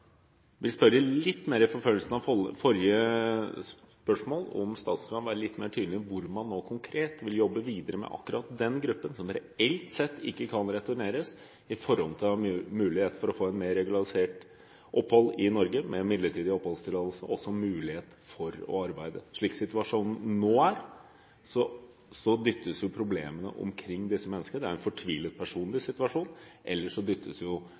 vil bare spørre litt mer i forlengelsen av forrige spørsmål: Kan statsråden være litt mer tydelig på hvordan man nå konkret vil jobbe videre med akkurat den gruppen som reelt sett ikke kan returneres, i forhold til dem som har mulighet for å få et mer regularisert opphold i Norge, med midlertidig oppholdstillatelse og med mulighet for å arbeide? Slik situasjonen er nå, dyttes problemene omkring disse menneskene – de er i en fortvilet personlig situasjon – eller så dyttes